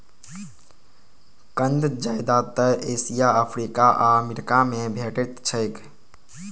कंद जादेतर Asia, Africa आ अमेरिका मे भेटैत छैक